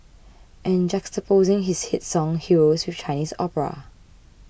and juxtaposing his hit song Heroes with Chinese opera